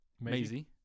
Maisie